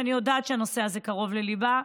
שאני יודעת שהנושא הזה קרוב לליבה,